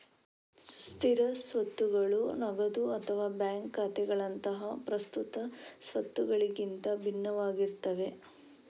ಸ್ಥಿರ ಸ್ವತ್ತುಗಳು ನಗದು ಅಥವಾ ಬ್ಯಾಂಕ್ ಖಾತೆಗಳಂತಹ ಪ್ರಸ್ತುತ ಸ್ವತ್ತುಗಳಿಗಿಂತ ಭಿನ್ನವಾಗಿರ್ತವೆ